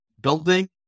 building